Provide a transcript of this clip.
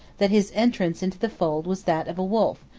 that his entrance into the fold was that of a wolf,